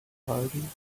starting